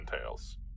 entails